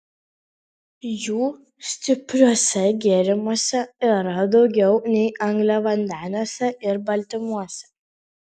jų stipriuose gėrimuose yra daugiau nei angliavandeniuose ir baltymuose